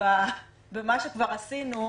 במה שכבר עשינו,